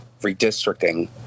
redistricting